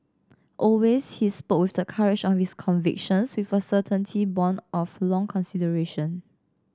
always he spoke with the courage of his convictions with a certainty born of long consideration